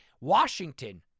Washington